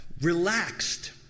relaxed